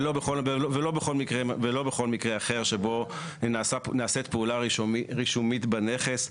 ולא בכל מקרה אחר שבו נעשית פעולה רישומית בנכס.